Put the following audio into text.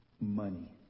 money